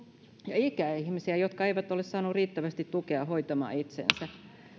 ja ikäihmisiä jotka eivät ole saaneet riittävästi tukea hoitamaan itseänsä